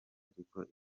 ariko